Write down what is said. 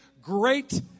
great